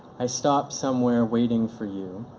i stop somewhere waiting for you.